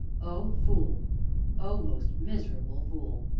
o fool o most miserable fool!